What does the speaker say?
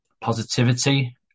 positivity